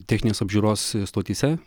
techninės apžiūros stotyse